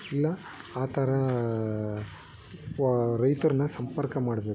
ಇಲ್ಲ ಆ ಥರ ರೈತರನ್ನ ಸಂಪರ್ಕ ಮಾಡಬೇಕು